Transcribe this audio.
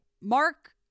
Mark